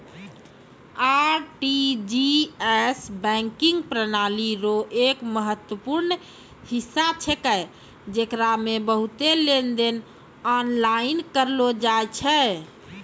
RTGS banking प्रणाली रो एक महत्वपूर्ण हिस्सा छेकै जेकरा मे बहुते लेनदेन आनलाइन करलो जाय छै